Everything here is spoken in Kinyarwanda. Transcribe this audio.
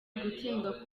gutsindwa